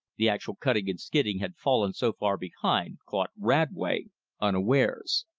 the actual cutting and skidding had fallen so far behind, caught radway unawares.